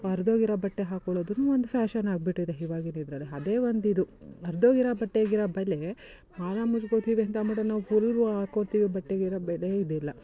ಹರ್ದೋಗಿರೋ ಬಟ್ಟೆ ಹಾಕ್ಕೊಳೋದು ಒಂದು ಫ್ಯಾಶನ್ ಆಗಿಬಿಟ್ಟಿದೆ ಇವಾಗಿನ್ ಇದರಲ್ಲಿ ಅದೇ ಒಂದು ಇದು ಹರ್ದೋಗಿರೋ ಬಟ್ಟೆಗಿರೋ ಬೆಲೆ ಮಾನ ಮುಚ್ಕೊತೀವಿ ಅಂತ ಅನ್ಬಿಟ್ಟು ನಾವು ಫುಲ್ ಹಾಕೋತೀವಿ ಬಟ್ಟೆಗಿರೋ ಬೆಲೆ ಇದಿಲ್ಲ